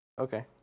Okay